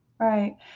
Right